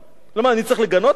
למה, אני צריך לגנות את זה?